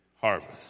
harvest